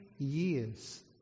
years